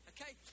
Okay